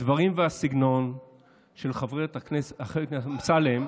הדברים והסגנון של חבר הכנסת אמסלם,